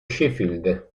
sheffield